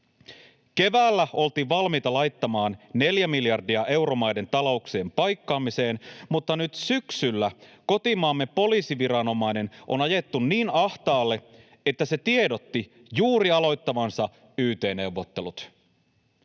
Keväällä oltiin valmiita laittamaan 4 miljardia euromaiden talouksien paikkaamiseen, mutta nyt syksyllä kotimaamme poliisiviranomainen on ajettu niin ahtaalle, että se tiedotti juuri aloittavansa yt-neuvottelut.